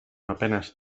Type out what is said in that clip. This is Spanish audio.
apenas